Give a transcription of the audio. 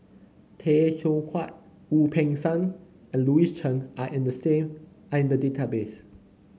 Tay Teow Kiat Wu Peng Seng and Louis Chen are in the same are in the database